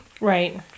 Right